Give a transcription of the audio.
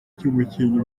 cy’umukinnyi